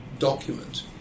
document